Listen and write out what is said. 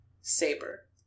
Saber